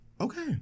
okay